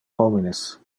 homines